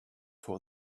for